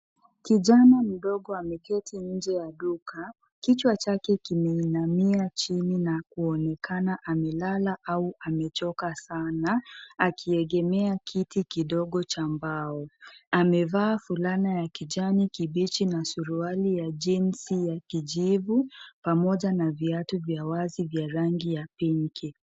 Kijana mdogo ameketi nje ya duka. Kichwa chake kimeinamia chini na kuonekana amelala au amechoka sana. Akiegemea kiti kidogo cha mbao. |Amevaa fulana ya kijani kibichi na suruali ya jines ya kijivu pamoja na viatu vya wazi vya rangi ya pinki.